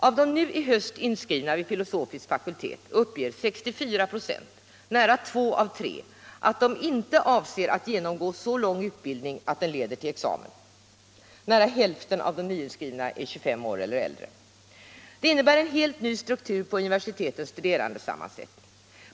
Av de i höst nyinskrivna vid filosofisk fakultet uppger 64 94 — nära 2 av 3 — att de inte avser att genomgå så lång utbildning att den leder till examen. Nära hälften av de nyinskrivna är 25 år eller äldre. Detta innebär en helt ny struktur på universitetens studerandesammansättning.